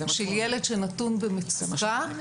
שילד שנתון במצוקה,